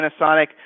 Panasonic